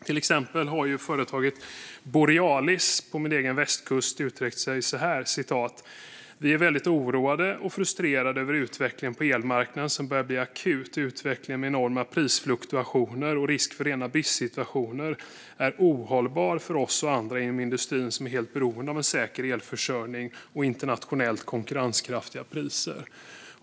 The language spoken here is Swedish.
Till exempel har företaget Borealis, på min egen västkust, uttryckt sig så här: "Vi är väldigt oroade och frustrerade över utvecklingen på elmarknaden som börjar bli akut. Utvecklingen med enorma prisfluktuationer och risk för rena bristsituationer är ohållbar för oss och andra inom industrin som är helt beroende av en säker elförsörjning och internationellt konkurrenskraftiga priser."